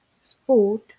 sport